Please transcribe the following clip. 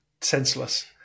senseless